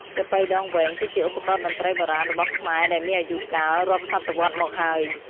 ចាប៉ីដងវែង គឺជាឧបករណ៍តន្ត្រីបុរាណរបស់ខ្មែរដែលមានអាយុកាលរាប់សតវត្សមកហើយ។